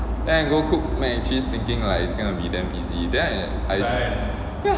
then I go cook mac and cheese thinking like it's gonna be damn easy then I